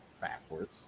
backwards